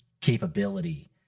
capability